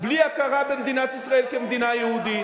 בלי הכרה במדינת ישראל כמדינה יהודית.